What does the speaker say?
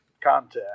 contact